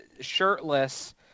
shirtless